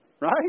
Right